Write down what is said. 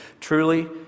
Truly